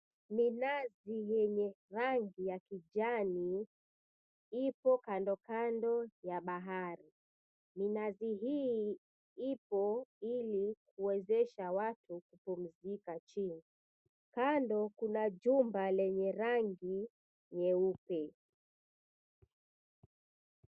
Minazi yenye rangi ya kijani ipo kandokando ya bahari, minazi hii ipo ilikuwezesha watu kupumzika chini kando kuna jumba lenye rangi nyeupe.